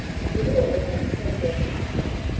but the girls had to take their hats off,